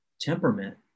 temperament